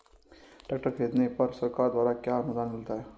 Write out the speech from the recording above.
Tractor खरीदने पर सरकार द्वारा क्या अनुदान मिलता है?